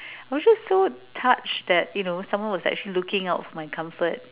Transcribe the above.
I was just so touched that you know someone was actually looking out for my comfort